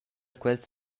quels